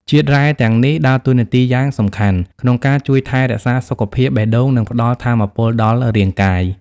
ជាតិរ៉ែទាំងនេះដើរតួនាទីយ៉ាងសំខាន់ក្នុងការជួយថែរក្សាសុខភាពបេះដូង និងផ្ដល់ថាមពលដល់រាងកាយ។